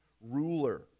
ruler